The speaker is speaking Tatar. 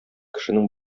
кешенең